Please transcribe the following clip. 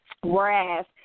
Whereas